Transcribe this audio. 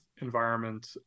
environment